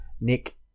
Nick